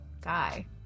guy